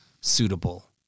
suitable